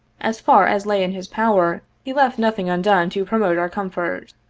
as far as lay in his power he left nothing undone to promote our comfort.